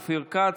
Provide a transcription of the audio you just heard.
אופיר כץ,